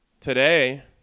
today